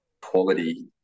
quality